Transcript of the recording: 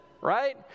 right